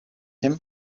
him